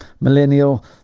millennial